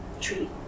treat